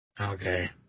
Okay